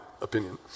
opinion